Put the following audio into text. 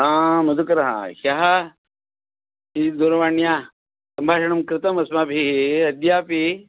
हा मधुकर ह्यः किञ्चिद् दूरवाण्या सम्भाषणं कृतम् अस्माभिः अद्यापि